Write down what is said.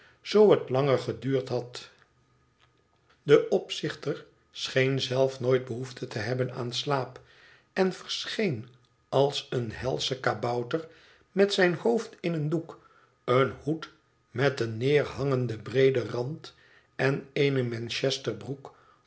zoo het langer geduurd had de opzichter scheen zelf nooit tehoefte te hebben aan slaap en verscheen als een helsche kabouter met zijn hoofd in een doek een hoed met een neerhangenden breeden rand en eene manchesterbroek